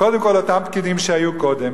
קודם כול, אותם פקידים שהיו קודם.